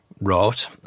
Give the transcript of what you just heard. wrote